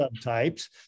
subtypes